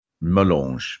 melange